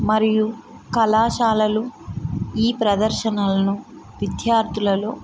మరియు కళాశాలలు ఈ ప్రదర్శనలను విద్యార్థులలో